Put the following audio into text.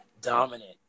dominant